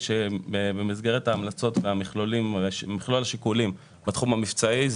שבמסגרת ההמלצות ומכלול השיקולים בתחום המבצעי,